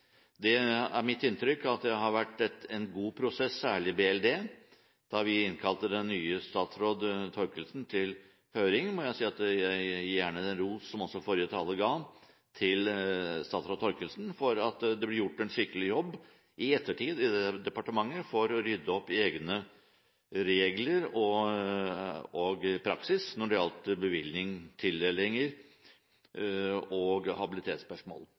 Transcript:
Det er mitt inntrykk at det har vært en god prosess, særlig i BLD. I forbindelse med at vi innkalte den nye statsråd Thorkildsen til høringen, må jeg si at jeg gjerne gir henne ros – som også forrige taler ga – for at det i ettertid i departementet ble gjort en skikkelig jobb for å rydde opp i egne regler og praksis når det gjaldt bevilgning, tildelinger og habilitetsspørsmål.